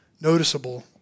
noticeable